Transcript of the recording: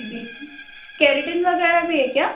جی جی کیریٹن وغیرہ بھی ہے کیا